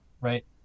right